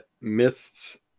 Myths